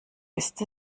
ist